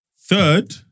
Third